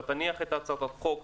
אתה תניח את הצעת החוק,